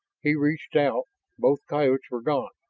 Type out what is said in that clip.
he reached out both coyotes were gone.